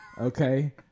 okay